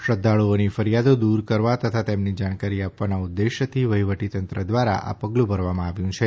શ્રદ્વાળુઓની ફરિયાદો દૂર કરવા તથા તેમને જાણકારી આપવાના ઉદ્દેશથી વહીવટીતંત્ર દ્વારા આ પગલું ભરવામાં આવ્યું છે